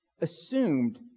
assumed